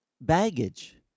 baggage